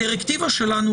הדירקטיבה שלנו,